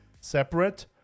separate